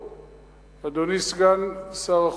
אדוני סגן שר החוץ,